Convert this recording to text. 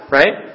right